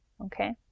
okay